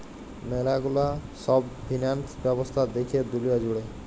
ম্যালা গুলা সব ফিন্যান্স ব্যবস্থা দ্যাখে দুলিয়া জুড়ে